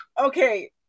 okay